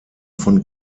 von